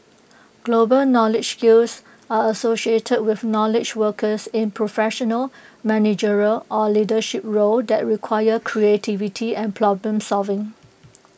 global knowledge skills are associated with knowledge workers in professional managerial or leadership roles that require creativity and problem solving